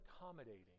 accommodating